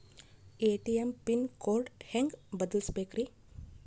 ATM pin code ಹೆಂಗ್ ಬದಲ್ಸ್ಬೇಕ್ರಿ?